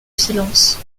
silence